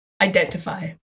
identify